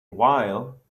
while